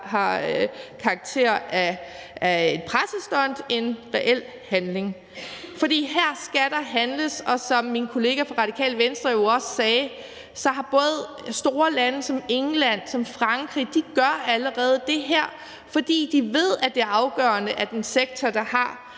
har karakter af et pressestunt end reel handling. For her skal der handles. Som min kollega fra Radikale Venstre også sagde, gør store lande som England og Frankrig det her, fordi de ved, at det er afgørende, at en sektor, der har